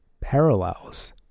parallels